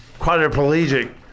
quadriplegic